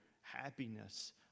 happiness